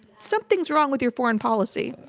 something's wrong with your foreign policy.